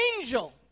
angel